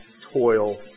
toil